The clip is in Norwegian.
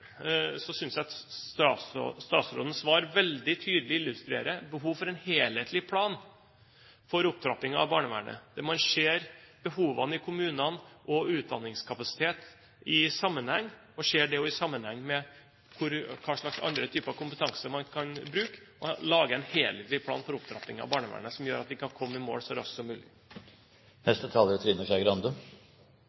at statsrådens svar veldig tydelig illustrerer behovet for en helhetlig plan for opptrapping av barnevernet. Man må se behovet i kommunene og utdanningskapasiteten i sammenheng med hva slags andre typer kompetanse man kan bruke, og lage en helhetlig plan for opptrapping av barnevernet, som gjør at vi kan komme i mål så raskt som